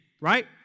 right